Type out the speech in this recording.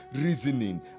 reasoning